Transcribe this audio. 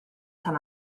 tan